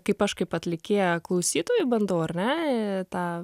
kaip aš kaip atlikėja klausytojui bandau ar ne tą